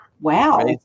Wow